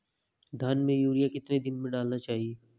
धान में यूरिया कितने दिन में डालना चाहिए?